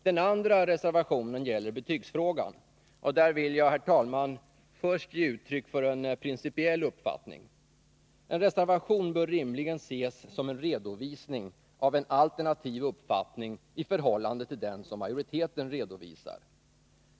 Den andra reservationen gäller betygsfrågan, och där vill jag, herr talman, först ge uttryck för en principiell uppfattning. En reservation bör rimligen ses som en redovisning av en alternativ uppfattning i förhållande till den som majoriteten redovisar.